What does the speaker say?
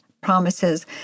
promises